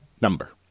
number